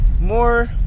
more